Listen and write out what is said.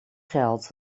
geld